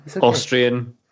Austrian